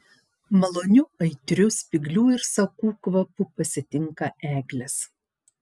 maloniu aitriu spyglių ir sakų kvapu pasitinka eglės